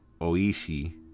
Oishi